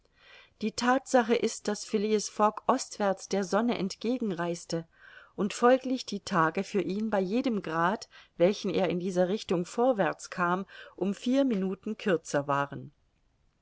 die thatsache ist daß phileas fogg ostwärts der sonne entgegen reiste und folglich die tage für ihn bei jedem grad welchen er in dieser richtung vorwärts kam um vier minuten kürzer waren